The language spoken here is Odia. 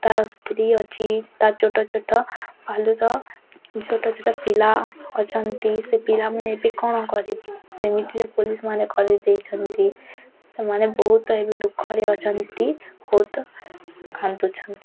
ତା' ସ୍ତ୍ରୀ ଅଛି ତା' ଛୋଟ ଛୋଟ ବାଲୁତ ଛୋଟ ଛୋଟ ପିଲା ଅଛନ୍ତି ସେ ପିଲାମାନେ ଏବେ କ'ଣ କରିବେ ସେମିତିରେ ପୋଲିସ୍ ମାନେ କରିଦେଇଛନ୍ତି ସେମାନେ ବହୁତ ଏବେ ଦୁଃଖରେ ଅଛନ୍ତି ବହୁତ କାନ୍ଦୁଛନ୍ତି